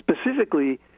specifically